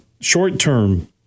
short-term